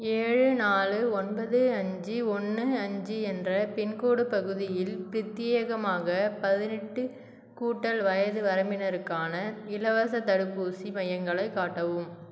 ஏழு நாலு ஒன்பது அஞ்சு ஒன்று அஞ்சு என்ற பின்கோடு பகுதியில் பிரத்யேகமாக பதினெட்டு கூட்டல் வயது வரம்பினருக்கான இலவசத் தடுப்பூசி மையங்களை காட்டவும்